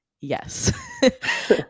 yes